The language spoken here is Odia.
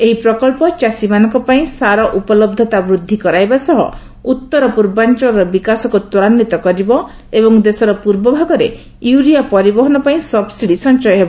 ଏହି ପ୍ରକଳ୍ପ ଚାଷୀମାନଙ୍କ ପାଇଁ ସାର ଉପଲହ୍ରତା ବୃଦ୍ଧି କରାଇବା ସହ ଉତ୍ତର ପୂର୍ବାଞ୍ଚଳର ବିକାଶକୁ ତ୍ୱରାନ୍ୱିତ କରିବ ଏବଂ ଦେଶର ପୂର୍ବଭାଗରେ ୟୁରିଆ ପରିବହନ ପାଇଁ ସବ୍ସିଡି ସଞ୍ଚୟ ହେବ